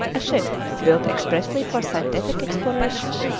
a ship built expressly for scientific exploration,